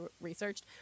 researched